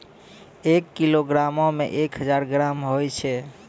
एक किलोग्रामो मे एक हजार ग्राम होय छै